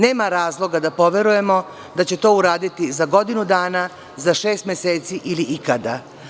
Nema razloga da poverujemo da će to uraditi za godinu dana, za šest meseci ili ikada.